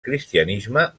cristianisme